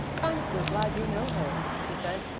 i'm so glad you know her, she said.